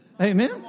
Amen